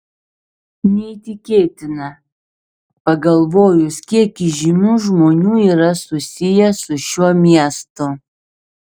neįtikėtina pagalvojus kiek įžymių žmonių yra susiję su šiuo miestu